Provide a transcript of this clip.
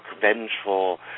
vengeful